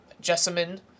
Jessamine